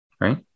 right